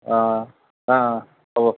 অঁ অঁ হ'ব